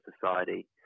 Society